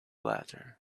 latter